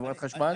חברת חשמל?